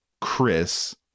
Chris